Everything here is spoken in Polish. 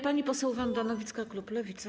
Pani poseł Wanda Nowicka, klub Lewica.